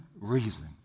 reason